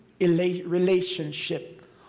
relationship